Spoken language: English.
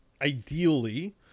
ideally